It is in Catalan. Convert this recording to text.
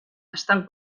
estan